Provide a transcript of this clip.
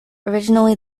originally